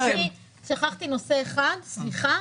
שכחתי נושא אחד, סליחה.